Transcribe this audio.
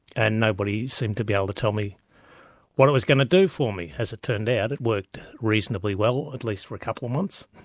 and nobody seemed to be able to tell me what it was going to do for me. as it turned out, it worked reasonably well, at least for a couple of months,